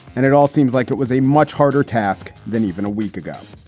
and it all seems like it was a much harder task than even a week ago